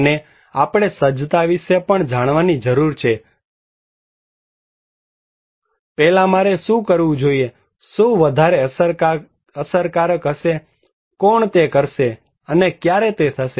અને આપણે સજ્જતા વિશે પણ જાણવાની જરૂર છે અગ્રિમતા નું કામ કયું છે પહેલા મારે શું કરવું જોઈએ શું વધારે અસરકારક છે કોણ તે કરશે અને ક્યારે તે થશે